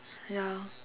ya